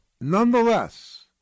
Nonetheless